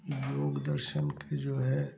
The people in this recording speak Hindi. योग दर्शन के जो हैं